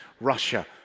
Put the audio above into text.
Russia